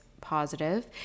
positive